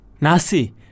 Nasi